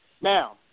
Now